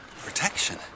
Protection